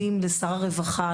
לשר הרווחה,